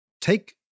take